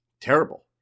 Terrible